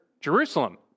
Jerusalem